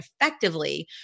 effectively